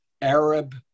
Arab